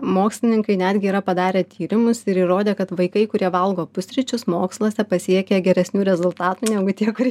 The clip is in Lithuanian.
mokslininkai netgi yra padarę tyrimus ir įrodę kad vaikai kurie valgo pusryčius moksluose pasiekia geresnių rezultatų negu tie kurie